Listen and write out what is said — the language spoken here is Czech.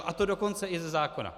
A to dokonce i ze zákona.